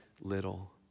little